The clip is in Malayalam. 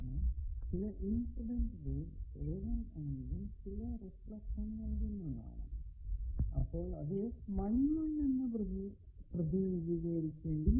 ഇവിടെ നിങ്ങൾക്കു കാണാം ചില ഇൻസിഡന്റ് വേവ് റിഫ്ലക്ഷൻ നൽകുന്നതാണ്അപ്പോൾ അതിനെ എന്ന് പ്രതിനിധീകരിക്കേണ്ടിയിരിക്കുന്നു